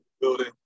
building